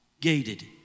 gated